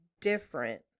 different